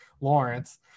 Lawrence